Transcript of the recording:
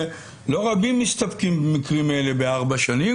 ולא רבים מסתפקים במקרים אלה בארבע שנים,